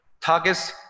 targets